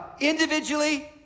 individually